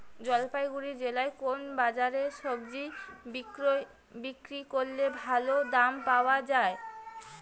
জলপাইগুড়ি জেলায় কোন বাজারে সবজি বিক্রি করলে ভালো দাম পাওয়া যায়?